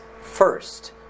first